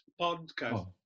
podcast